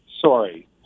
Sorry